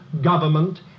government